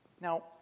Now